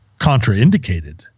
contraindicated